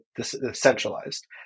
centralized